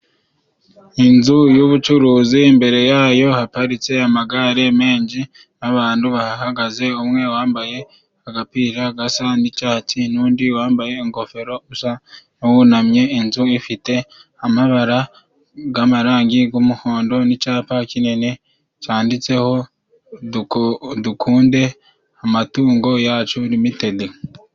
Inzu y'ubucuruzi imbere yayo haparitse amagare menji n'abandu bahahagaze ,umwe wambaye agapira gasa n'icatsi n'undi wambaye ingofero usa n'uwunamye, inzu ifite amabara g'amarangi g'umuhondo n'icapa kinini canditseho duko dukunde amatungo yacu limitedi.